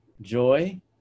joy